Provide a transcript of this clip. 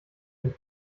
den